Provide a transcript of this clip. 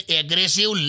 aggressive